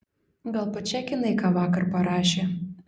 gal pačekinai ką vakar parašė